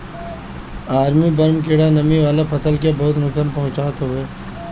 army worm कीड़ा नमी वाला फसल के बहुते नुकसान पहुंचावत हवे